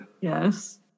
Yes